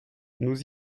nous